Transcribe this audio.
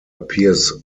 appears